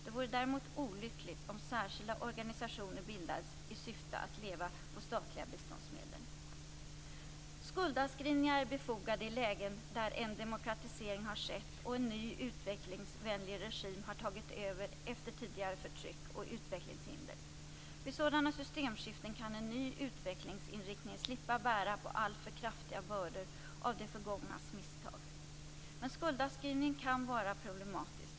Det vore däremot olyckligt om särskilda organisationer bildades i syfte att leva på statliga biståndsmedel. Skuldavskrivningar är befogade i lägen där en demokratisering har skett och en ny utvecklingsvänlig regim har tagit över efter tidigare förtryck och utvecklingshinder. Vid sådana systemskiften kan en ny utvecklingsinriktning slippa bära på alltför kraftiga bördor av det förgångnas misstag. Men skuldavskrivning kan vara problematisk.